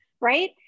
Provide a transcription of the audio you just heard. right